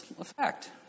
effect